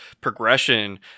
progression